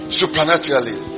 supernaturally